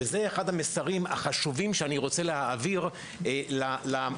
וזה אחד המסרים החשובים שאני רוצה להעביר למעבר.